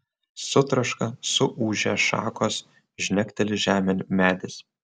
sutraška suūžia šakos žnekteli žemėn medis